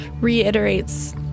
reiterates